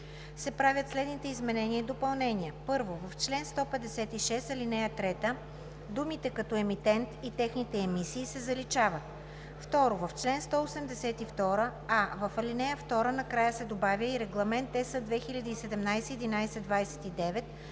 се правят следните изменения и допълнения: